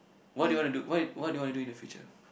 what do you want to do what what do you want to do in the future